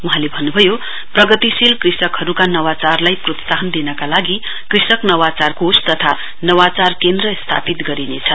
वहाँले भन्नभयो प्रगतिशील कृषकहरूका नवाचारलाई प्रोत्साहन दिनका लागि कृषक नवाचार कोष तथा नवाचार केन्द्र स्थापित गरिनेछ